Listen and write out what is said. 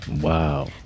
Wow